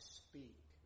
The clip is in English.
speak